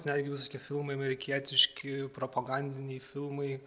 netgi visokie filmai amerikietiški propagandiniai filmai